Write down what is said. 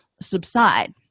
subside